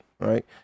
right